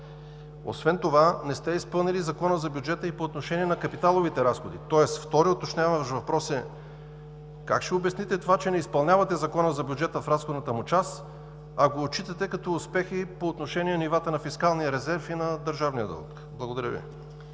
Освен това не сте изпълнили Закона за бюджета и по отношение на капиталовите разходи. Вторият уточняващ въпрос е: как ще обясните това, че не изпълнявате Закона за бюджета в разходната му част, а го отчитате като успехи по отношение нивата на фискалния резерв и на държавния дълг? Благодаря Ви.